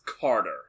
Carter